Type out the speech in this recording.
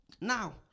Now